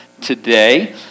today